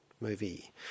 movie